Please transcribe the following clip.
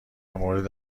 مورد